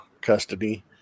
custody